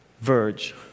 verge